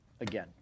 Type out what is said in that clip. again